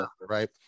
right